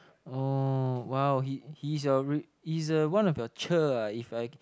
oh !wow! he he is your he is uh one of your cher ah if I